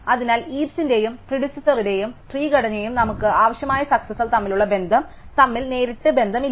അതിനാൽ ഹീപ്സിന്റെയും പ്രീഡിസസുരേടെയും ട്രീ ഘടനയും നമുക്ക് ആവശ്യമായ സക്സസാർ തമ്മിലുള്ള ബന്ധവും തമ്മിൽ നേരിട്ട് ബന്ധമില്ല